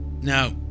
now